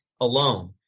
alone